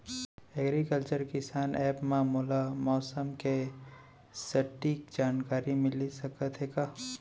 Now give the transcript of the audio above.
Agriculture किसान app मा मोला मौसम के सटीक जानकारी मिलिस सकत हे का?